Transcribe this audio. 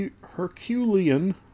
Herculean